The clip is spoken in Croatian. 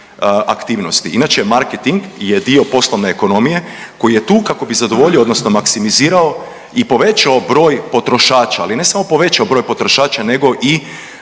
aktivnosti. Inače marketing je dio poslovne ekonomije koji je tu kako bi zadovoljio, odnosno maksimizirao i povećao broj potrošača, ali ne samo povećao broj potrošača nego i